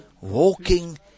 walking